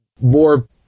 more